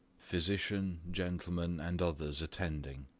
physician, gentleman, and others attending.